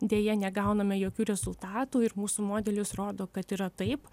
deja negauname jokių rezultatų ir mūsų modelis rodo kad yra taip